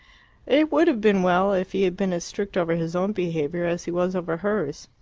it would have been well if he had been as strict over his own behaviour as he was over hers.